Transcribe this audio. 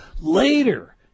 later